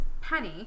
Penny